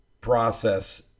process